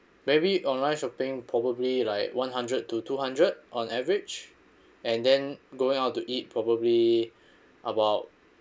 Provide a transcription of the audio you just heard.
maybe online shopping probably like one hundred to two hundred on average and then going out to eat probably about